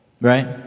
right